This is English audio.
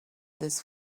this